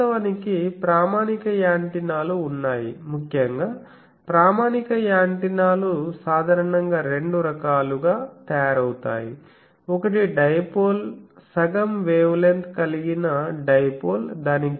వాస్తవానికి ప్రామాణిక యాంటెనాలు ఉన్నాయి ముఖ్యంగా ప్రామాణిక యాంటెనాలు సాధారణంగా రెండు రకాలుగా తయారవుతాయి ఒకటి డైపోల్ సగం వేవ్లెంగ్త్ కలిగిన డైపోల్ దాని గెయిన్ 2